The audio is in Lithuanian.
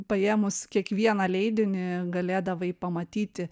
paėmus kiekvieną leidinį galėdavai pamatyti